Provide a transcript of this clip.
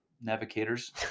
navigators